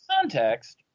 context